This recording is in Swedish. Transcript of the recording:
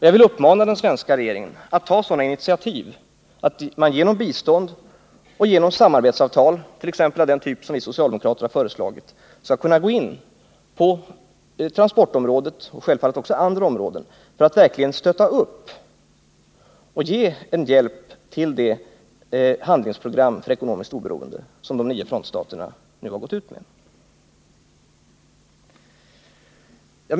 Jag vill uppmana den svenska regeringen att ta sådana initiativ att man genom bistånd och samarbetsavtal, t.ex. av den typ som vi socialdemokrater har föreslagit, skall kunna gå in på transportområdet — och självfallet också på andra områden — för att stötta upp och ge hjälp till det handlingsprogram för ekonomiskt oberoende som de nio frontstaterna nu har gått ut med.